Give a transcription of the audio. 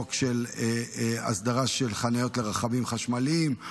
חוק של הסדרה של חניות לרכבים חשמליים,